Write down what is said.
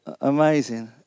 amazing